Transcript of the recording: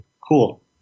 cool